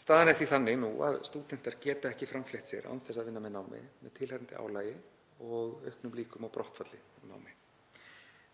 Staðan er því þannig nú að stúdentar geta ekki framfleytt sér án þess að vinna með námi, með tilheyrandi álagi og auknum líkum á brottfalli úr námi.